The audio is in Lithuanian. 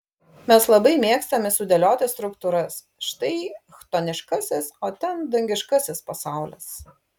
mes labai mėgstame sudėlioti struktūras štai chtoniškasis o ten dangiškasis pasaulis